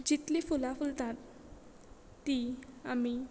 जितली फुलां फुलतात तीं आमी